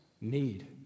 need